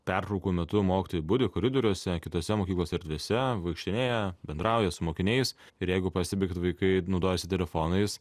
pertraukų metu mokytojai budi koridoriuose kitose mokyklos erdvėse vaikštinėja bendrauja su mokiniais ir jeigu pastebi kad vaikai naudojasi telefonais